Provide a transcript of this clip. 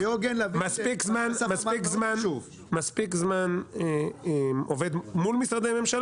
תהיה הוגן להבין ש --- מספיק זמן עובד מול משרדי ממשלה